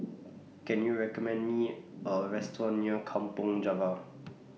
Can YOU recommend Me A Restaurant near Kampong Java